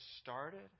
started